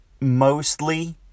mostly